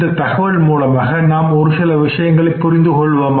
இந்த தகவல் மூலமாக நாம் ஒரு சில விஷயங்களை புரிந்து கொள்வோமாக